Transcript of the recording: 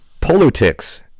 politics